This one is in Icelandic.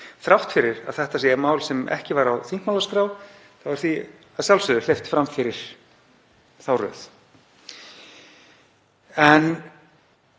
Þrátt fyrir að þetta sé mál sem ekki var á þingmálaskrá er því að sjálfsögðu hleypt fram fyrir þá röð.